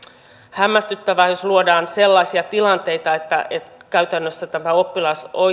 hämmästyttävää jos luodaan sellaisia tilanteita että että käytännössä tämä